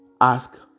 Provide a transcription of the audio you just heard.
Ask